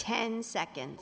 ten second